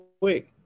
quick